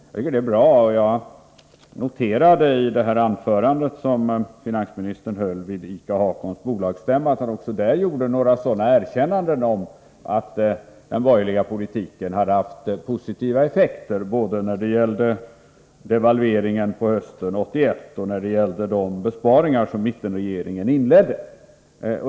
Jag tycker att detta är bra, och jag noterade i det anförande som finansministern höll vid ICA-Hakons bolagsstämma att han också där gjorde erkännanden om att den borgerliga politiken hade haft positiva effekter, både när det gällde devalveringen på hösten 1981 och när det gällde de besparingar som mittenregeringen inledde.